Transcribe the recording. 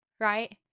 right